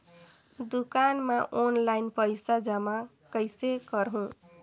दुकान म ऑनलाइन पइसा जमा कइसे करहु?